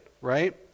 right